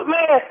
Man